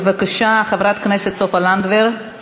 בבקשה, חברת הכנסת סופה לנדבר.